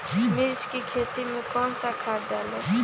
मिर्च की खेती में कौन सा खाद डालें?